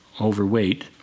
Overweight